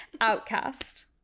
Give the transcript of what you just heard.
outcast